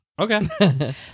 Okay